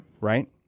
Right